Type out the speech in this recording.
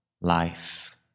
life